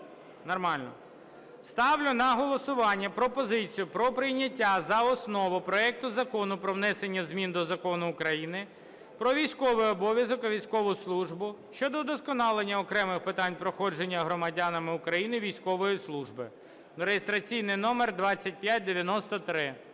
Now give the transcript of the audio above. Нормально. Ставлю на голосування пропозицію про прийняття за основу проекту Закону про внесення змін до Закону України "Про військовий обов'язок і військову службу" щодо удосконалення окремих питань проходження громадянами України військової служби (реєстраційний номер 2593).